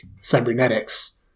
cybernetics